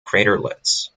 craterlets